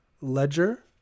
Ledger